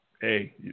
Hey